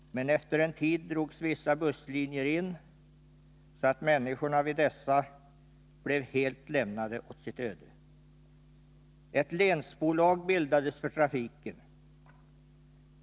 Men efter en tid drogs vissa busslinjer in, så att människorna vid dessa blev helt lämnade åt sitt öde. Ett länsbolag bildades för trafiken.